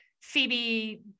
Phoebe